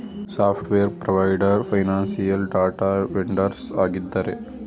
software provider, financial data vendors ಆಗಿದ್ದಾರೆ